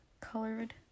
colored